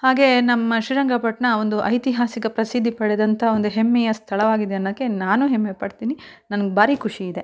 ಹಾಗೆಯೇ ನಮ್ಮ ಶ್ರೀರಂಗಪಟ್ಟಣ ಒಂದು ಐತಿಹಾಸಿಕ ಪ್ರಸಿದ್ಧಿ ಪಡೆದಂಥ ಒಂದು ಹೆಮ್ಮೆಯ ಸ್ಥಳವಾಗಿದೆ ಅನ್ನೋಕ್ಕೆ ನಾನು ಹೆಮ್ಮೆಪಡ್ತೀನಿ ನನ್ಗೆ ಬಾರಿ ಖುಷಿಯಿದೆ